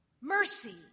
mercy